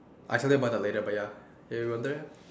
I'll tell you about that later but ya have you wonder